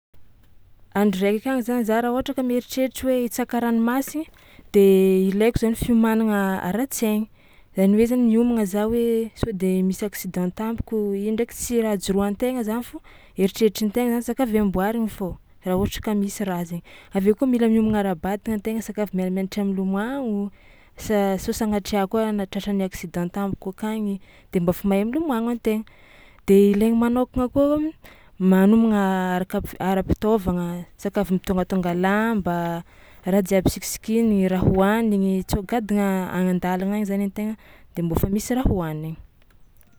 Andro raiky akagny zany za raha ohatra ka mieritreritry hoe hitsaka ranomasigny de ilaiko zany fiomanagna ara-tsaigny zany hoe zany miomagna za hoe sao de misy accident tampoko io ndraiky tsy raha joroan-tegna zany fo eritreritrin-tegna saka avy amboarigny fao raha ohatra ka misy raha zaigny avy eo koa mila miomagna ara-batagna an-tegna saka avy mianamianatra milomagno sa- sao sagnatria koa na tratran'ny accident tampoko akagny de mba efa mahay milomagno an-tegna de ilainy manôkagna kôa managna araka f- ara-pitaovagna saka avy mitongatonga lamba, raha jiaby sikisikirigny, raha hohanigny tsao kadigna agny an-dàlagna agny zany an-tegna de mbô fa misy raha hohanigny.